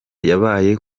yabaye